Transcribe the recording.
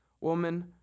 Woman